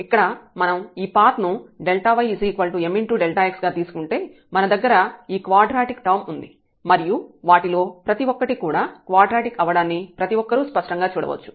ఇక్కడ మనం ఈ పాత్ ను y mx గా తీసుకుంటే మన దగ్గర ఈ క్వాడ్రాటిక్ టర్మ్ ఉంది మరియు వాటిలో ప్రతి ఒక్కటి కూడా క్వాడ్రాటిక్ అవ్వడాన్ని ప్రతి ఒక్కరూ స్పష్టంగా చూడవచ్చు